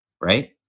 right